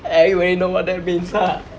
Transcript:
everybody know what that means ah